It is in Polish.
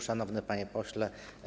Szanowny Panie Pośle!